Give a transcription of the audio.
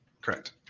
Correct